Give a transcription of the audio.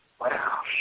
Wow